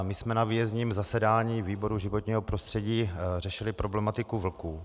My jsme na výjezdním zasedání výboru životního prostředí řešili problematiku vlků.